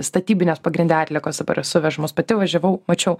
statybinės pagrinde atliekos suvežamos pati važiavau mačiau